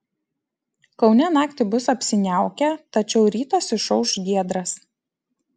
kaune naktį bus apsiniaukę tačiau rytas išauš giedras